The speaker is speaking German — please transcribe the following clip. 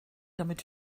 damit